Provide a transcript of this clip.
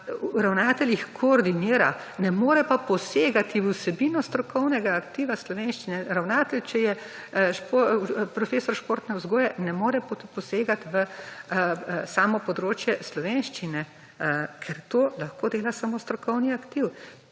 ravnatelj jih koordinira, ne more pa posegati v vsebino strokovnega aktiva slovenščine ravnatelj, če je profesor športne vzgoje, ne more posegat v samo področje slovenščine, ker to lahko dela samo strokovni aktiv.